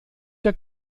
der